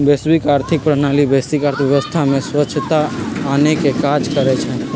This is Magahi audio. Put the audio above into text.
वैश्विक आर्थिक प्रणाली वैश्विक अर्थव्यवस्था में स्वछता आनेके काज करइ छइ